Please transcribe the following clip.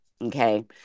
Okay